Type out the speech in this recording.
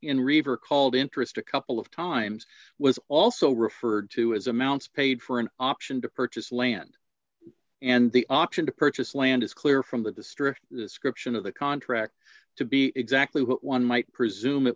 river called interest a couple of times was also referred to as amounts paid for an option to purchase land and the option to purchase land is clear from the district description of the contract to be exactly what one might presume it